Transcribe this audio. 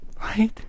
Right